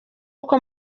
uko